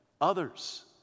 Others